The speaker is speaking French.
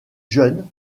jeunes